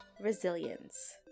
resilience